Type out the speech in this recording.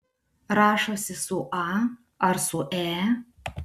rašosi su a ar su e